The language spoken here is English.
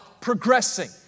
progressing